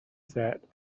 that